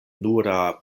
nura